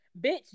bitch